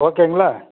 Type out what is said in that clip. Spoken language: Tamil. ஓகேங்களா